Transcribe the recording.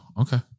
Okay